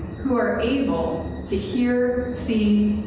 who are able to hear, see,